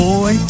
Boy